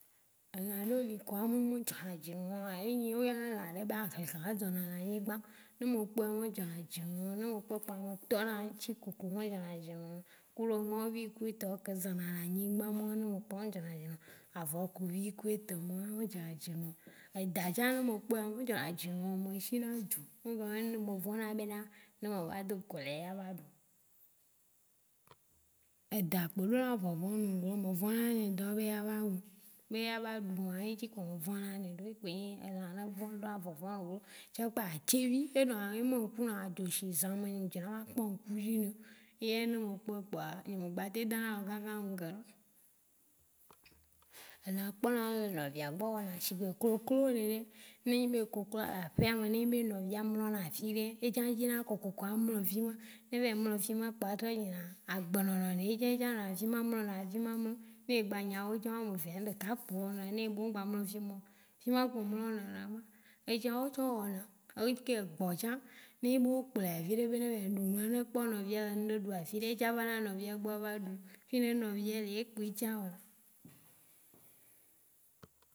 Elã ɖeo li kɔa o mu zdɔna dzi nɔa enye oyɔna elã ɖe be axlixlã edzɔ na le anyigbã, ne me kpɔea me dzona dzi nam, ne me kpɔe kpɔa me dɔ na ŋtsi koko wã me dzɔna dzi na. Ku le nua vi kui tɔ wo ke zɔ na le anyigba ma me dzɔna dzi nam. Avɔkuvi ku etɔ ma me dzɔna dzi nam. Edã tsã ne me kpɔe ya me dzɔna dzi nam, me shi na dzu. (Untintelligible) me vɔ̃na be na ne me va dogo le ya va ɖum. Edã kpo ɖona nu. Me vɔ̃na nɛ tɔ be eya va wum be eya va ɖum woa eŋtsi kpo me vɔ̃ na ne ɖe. Ekpo enyi elã ne vɔ̃ ɖoa vɔ̃vɔ̃ na amewo. Tsã kple atsevi, enɔna mí me ŋku nɔna dzoshi zã me, nye me dzi na ma kpɔ ŋkuvi nɛo. Ye me kpɔe kpɔa nye ŋgba ten dɔna alɔ kaka ŋkeo. Elã kpɔ na nu le nɔvia gbɔ wɔna shigbe kloklo nene. Ne enyi be kokloa le aƒea me ne enyi be nɔvia mlɔna afi ɖe, etsã dzi na kokoko a mlɔ afi ma, ne evɛ mlɔ afi ma kpɔa etrɔ yi na agbe nɔnɔ me. Etsã etsã lɔna afi ma mlɔna afi ma mlɔ. Ne egba nya wo tsã amevea ŋɖeka kpo wɔnɛ. Ne egblɔ be wo ŋgba mlɔ afi ma, fima kpo a mlɔlɔna ɖo. Etsã wo tsã wɔna. Eke egbɔ tsã, ne enyi be o kplɔe yi afiɖe be ne vɛ yi ɖu ŋuɖu ne ekpɔ nɔvia le ŋɖe ɖua afiɖe etsã va na nɔvia gbɔ va ɖu. Ene nɔvia ekpo etsã wɔ.